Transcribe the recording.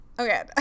Okay